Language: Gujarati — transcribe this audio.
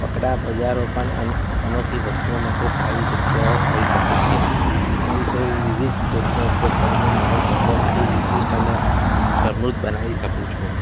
કપડાં બજારો પણ અનોખી વસ્તુઓ માટે સારી જગ્યાઓ હોઇ શકે છે આ રીતે હું વિવિધ શોધનો ઉપયોગ કરીને મારો સંગ્રહ વધુ વિશિષ્ટ અને સમૃદ્ધ બનાવી શકું છું